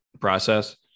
process